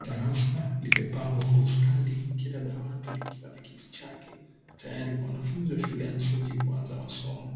Darasa limepangwa kwa ustadi kila dawati likiwa na kiti chake, tayari kwa wanafunzi wa shule ya msingi kuanza masomo.